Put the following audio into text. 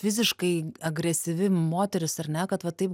fiziškai agresyvi moteris ar ne kad va taip